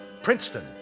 Princeton